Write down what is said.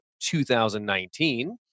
2019